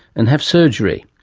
and have surgery.